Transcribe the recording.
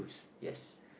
yes